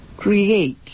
Create